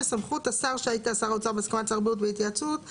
שסמכות השר בהסכמת שר הבריאות בהתייעצות,